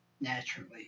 naturally